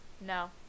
No